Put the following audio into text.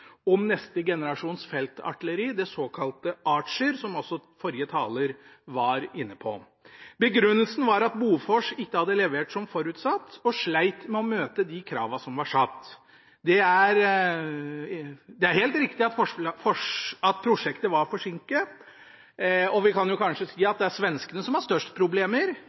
om neste generasjons feltartilleri, det såkalte Archer, som også forrige taler var inne på. Begrunnelsen var at Bofors ikke hadde levert som forutsatt og slet med å møte de kravene som var satt. Det er helt riktig at prosjektet var forsinket, og vi kan kanskje si at det er svenskene som har størst problemer.